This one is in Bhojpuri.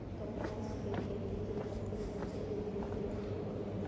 कपास क खेती के खातिर सबसे उपयुक्त माटी कवन ह?